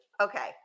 Okay